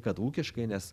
kad ūkiškai nes